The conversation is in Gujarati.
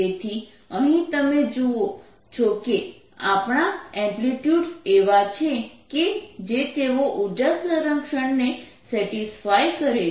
તેથી અહીં તમે જુઓ છો કે આપણા એમ્પલીટ્યુડ્સ એવા છે કે જે તેઓ ઉર્જા સંરક્ષણ ને સેટિસ્ફાય કરે છે